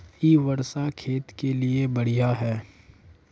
इ वर्षा खेत के लिए बढ़िया है?